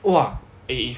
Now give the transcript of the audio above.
!wah! eh